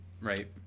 Right